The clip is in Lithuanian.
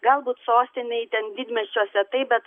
galbūt sostinėj ten didmiesčiuose tai bet